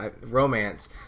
romance